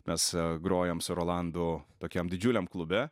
mes grojom su rolandu tokiam didžiuliam klube